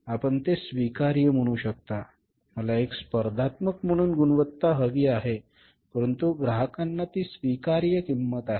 म्हणून आपण ते स्वीकार्य म्हणू शकता मला एक स्पर्धात्मक म्हणून गुणवत्ता हवी आहे परंतु ग्राहकांना ती स्वीकार्य किंमत आहे